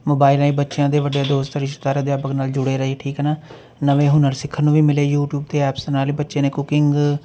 mobile ਰਾਹੀਂ ਬੱਚਿਆਂ ਦੇ ਵੱਡੇ ਦੋਸਤ ਰਿਸ਼ਤੇਦਾਰ ਅਧਿਆਪਕ ਨਾਲ ਜੁੜੇ ਰਹੇ ਠੀਕ ਹੈ ਨਾ ਨਵੇਂ ਹੁਨਰ ਸਿੱਖਣ ਨੂੰ ਵੀ ਮਿਲੇ ਯੂਟੀਊਬ 'ਤੇ ਐਪਸ ਨਾਲ ਬੱਚਿਆਂ ਨੇ ਕੁਕਿੰਗ